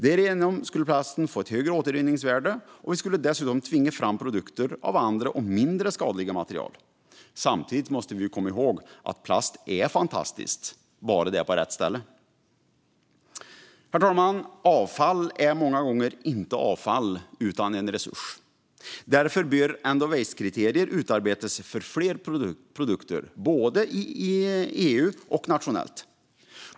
Därigenom skulle plasten få ett högre återvinningsvärde, och vi skulle dessutom tvinga fram produkter av andra och mindre skadliga material. Samtidigt måste vi ju komma ihåg att plast är fantastiskt, bara det är på rätt ställe. Herr talman! Avfall är många gånger inte avfall utan en resurs. Därför bör end of waste-kriterier utarbetas för fler produkter både i EU och nationellt.